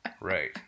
Right